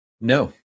No